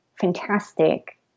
fantastic